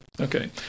Okay